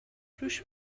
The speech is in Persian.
رووش